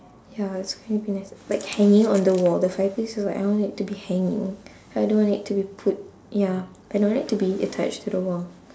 ya it's gonna be nice like hanging on the wall the fireplace look like I want it to be hanging I don't want it to be put ya I don't want it to be attached to the wall